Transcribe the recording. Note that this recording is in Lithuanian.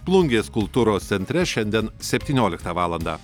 plungės kultūros centre šiandien septynioliktą valandą